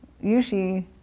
usually